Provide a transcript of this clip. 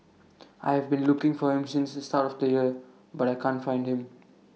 I have been looking for him since the start of the year but I can't find him